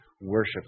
worship